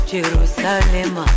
Jerusalem